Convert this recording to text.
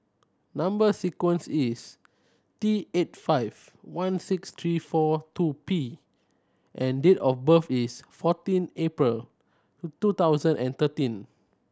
number sequence is T eight five one six three four two P and date of birth is fourteen April two thousand and thirteen